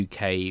UK